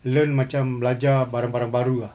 learn macam belajar barang barang baru ah